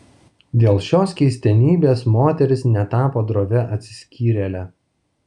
dėl šios keistenybės moteris netapo drovia atsiskyrėle